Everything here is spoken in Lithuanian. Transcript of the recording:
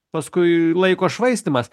paskui laiko švaistymas